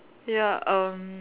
ya erm